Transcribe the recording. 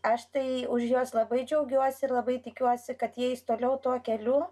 aš tai už juos labai džiaugiuosi ir labai tikiuosi kad jie eis toliau tuo keliu